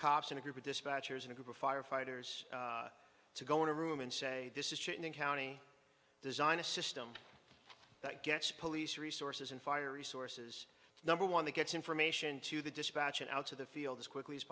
cops and a group of dispatchers and a group of firefighters to go in a room and say this is certain county design a system that gets police resources and fire resources number one that gets information to the dispatch and out of the field as quickly as